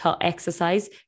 exercise